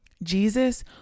Jesus